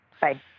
Bye